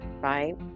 Right